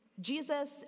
Jesus